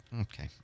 Okay